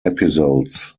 episodes